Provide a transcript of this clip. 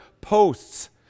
posts